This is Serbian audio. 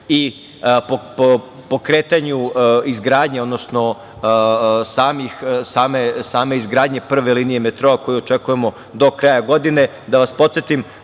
i pokretanju izgradnje, odnosno same izgradnje prve linije metroa koju očekujemo do kraja godine. Da vas podsetim,